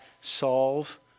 solve